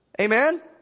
Amen